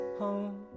home